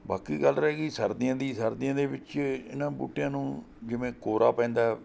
ਬਾਕੀ ਗੱਲ ਰਹਿ ਗਈ ਸਰਦੀਆਂ ਦੀ ਸਰਦੀਆਂ ਦੇ ਵਿੱਚ ਇਹਨਾਂ ਬੂਟਿਆਂ ਨੂੰ ਜਿਵੇਂ ਕੋਰਾ ਪੈਂਦਾ